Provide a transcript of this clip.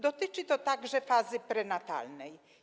Dotyczy to także fazy prenatalnej.